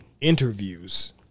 interviews